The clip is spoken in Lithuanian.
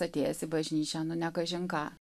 atėjęs į bažnyčią nu ne kažin ką